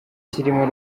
kirimo